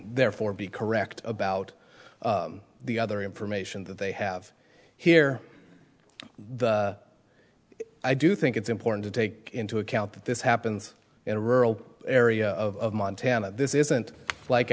therefore be correct about the other information that they have here i do think it's important to take into account that this happens in a rural area of montana this isn't like